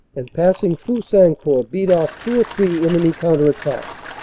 and passing through sancourt beat off two or three enemy counter-attacks.